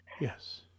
Yes